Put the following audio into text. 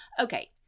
Okay